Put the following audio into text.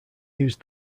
use